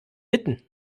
bitten